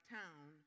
town